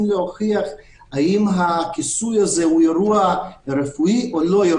להוכיח האם הכיסוי הזה הוא אירוע רפואי או לא.